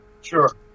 Sure